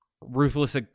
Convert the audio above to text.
ruthless